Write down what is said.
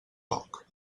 poc